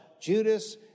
Judas